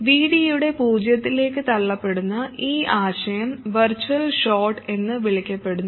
Vd യുടെ പൂജ്യത്തിലേക്ക് തള്ളപ്പെടുന്ന ഈ ആശയം വെർച്വൽ ഷോർട്ട് എന്ന് വിളിക്കപ്പെടുന്നു